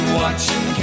watching